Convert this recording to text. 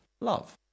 love